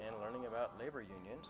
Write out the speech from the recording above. and learning about labor unions